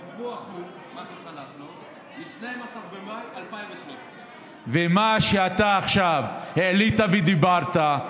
הדיווח הוא מ-12 במאי 2013. ומה שאתה עכשיו העלית ודיברת,